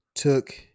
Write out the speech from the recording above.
took